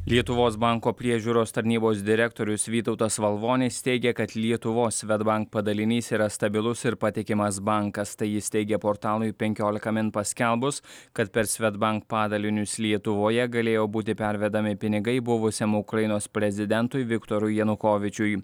lietuvos banko priežiūros tarnybos direktorius vytautas valvonis teigia kad lietuvos svedbank padalinys yra stabilus ir patikimas bankas tai jis teigė portalui penkiolika min paskelbus kad per svedbank padalinius lietuvoje galėjo būti pervedami pinigai buvusiam ukrainos prezidentui viktorui janukovyčiui